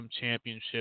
Championship